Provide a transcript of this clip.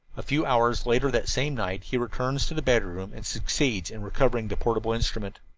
a few hours later that same night he returns to the battery room and succeeds in recovering the portable instrument.